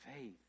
faith